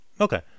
Okay